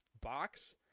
box